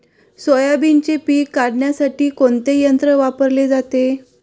सोयाबीनचे पीक काढण्यासाठी कोणते यंत्र वापरले जाते?